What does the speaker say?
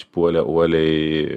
puolė uoliai